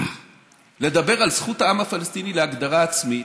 לדבר על זכות העם הפלסטיני להגדרה עצמית,